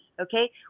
okay